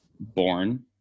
Born